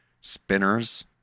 spinners